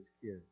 kids